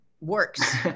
works